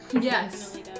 Yes